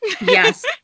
Yes